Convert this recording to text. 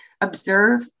observe